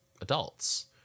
adults